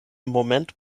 moment